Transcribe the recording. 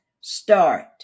Start